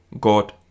God